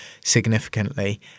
significantly